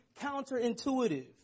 counterintuitive